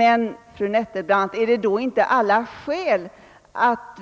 Jag instämmer, men är det då inte alla skäl att